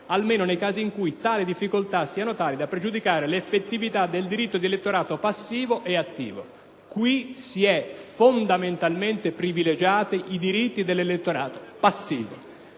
almeno nei casi in cui esse siano tali da pregiudicare l'effettività del diritto di elettorato passivo e attivo. Qui sono stati fondamentalmente privilegiati i diritti dell'elettorato passivo.